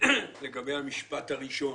לגבי המשפט הראשון.